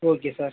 okay sir